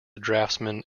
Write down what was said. draftsman